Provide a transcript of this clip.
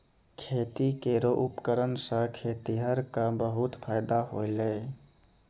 खेती केरो उपकरण सें खेतिहर क बहुत फायदा होलय